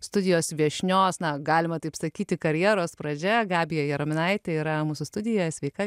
studijos viešnios na galima taip sakyti karjeros pradžia gabija jaraminaitė yra mūsų studijoje sveika